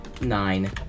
nine